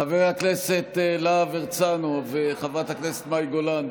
חבר הכנסת להב הרצנו וחברת הכנסת מאי גולן,